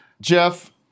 Jeff